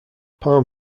palm